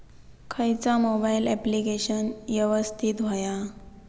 खयचा mobile application यवस्तित होया?